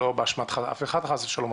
לא באשמת אף אחד חס ושלום,